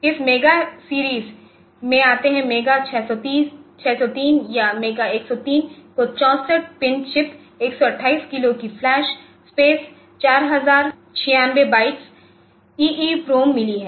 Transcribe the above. इस mega series में आते हैं मेगा 603 या मेगा103 को 64 पिन चिप128 किलो की फ्लैश स्पेस 4096 बाइट्स ईईपीआरओएम मिली हैं